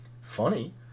Funny